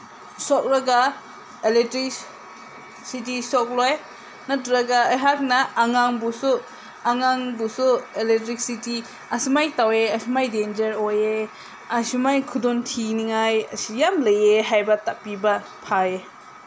ꯁꯣꯠꯂꯒ electricity ꯁꯣꯛꯂꯣꯏ ꯅꯠꯇ꯭ꯔꯒ ꯑꯩꯍꯥꯛꯅ ꯑꯉꯥꯡꯕꯨꯁꯨ ꯑꯉꯥꯡꯕꯨꯁꯨ ꯑꯦꯂꯦꯛꯇ꯭ꯔꯤꯁꯤꯇꯤ ꯑꯁꯨꯃꯥꯏꯅ ꯇꯧꯋꯦ ꯑꯁꯨꯃꯥꯏꯅ ꯗꯦꯟꯖꯔ ꯑꯣꯏꯌꯦ ꯑꯁꯨꯃꯥꯏꯅ ꯈꯨꯗꯣꯡꯊꯤꯅꯤꯉꯥꯏ ꯑꯁꯤ ꯌꯥꯝ ꯂꯩꯌꯦ ꯍꯥꯏꯕ ꯇꯥꯛꯄꯤꯕ ꯐꯩꯌꯦ